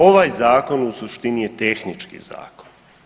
Ovaj zakon u suštini je tehnički zakon.